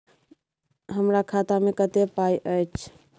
हमरा खाता में कत्ते पाई अएछ?